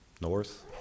north